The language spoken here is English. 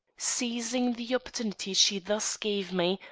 seizing the opportunity she thus gave me,